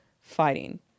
fighting